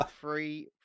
three